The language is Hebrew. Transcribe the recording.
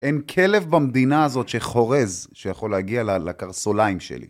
אין כלב במדינה הזאת שחורז, שיכול להגיע לקרסוליים שלי.